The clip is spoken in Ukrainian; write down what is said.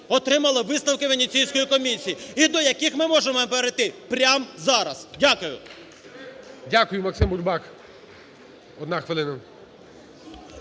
отримали висновки Венеційської комісії, і до яких ми можемо перейти прямо зараз. Дякую. ГОЛОВУЮЧИЙ. Дякую. Максим Бурбак, одна хвилина.